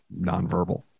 nonverbal